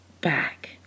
back